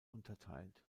unterteilt